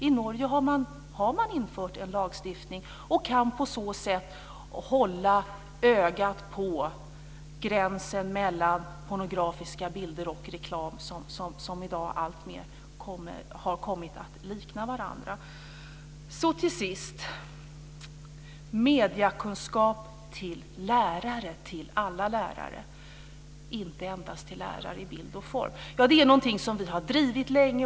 I Norge har man infört en lagstiftning och kan på så sätt hålla ögat på gränsen mellan pornografiska bilder och reklam som i dag alltmer har kommit att likna varandra. Till sist vill jag säga något om mediekunskap till alla lärare, inte endast till lärare i bild och form. Det är någonting som vi har drivit länge.